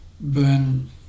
burn